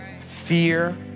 Fear